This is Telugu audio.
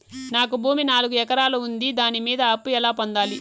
నాకు భూమి నాలుగు ఎకరాలు ఉంది దాని మీద అప్పు ఎలా పొందాలి?